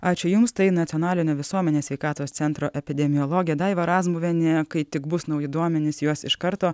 ačiū jums tai nacionalinio visuomenės sveikatos centro epidemiologė daiva razmuvienė kai tik bus nauji duomenys juos iš karto